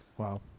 Wow